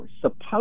supposed